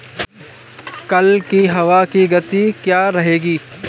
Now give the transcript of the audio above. कल की हवा की गति क्या रहेगी?